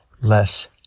less